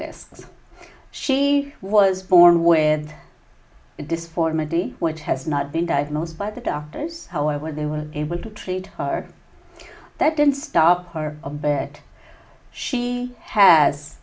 risks she was born with this for monday which has not been diagnosed by the doctors however they were able to treat her that didn't stop her of but she has